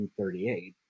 1938